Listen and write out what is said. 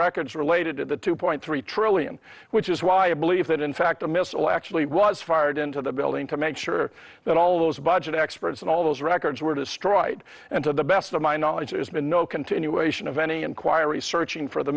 records related to the two point three trillion which is why i believe that in fact a missile actually was fired into the building to make sure that all those budget experts and all those records were destroyed and to the best of my knowledge there's been no continuation of any inquiry searching for the